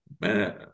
man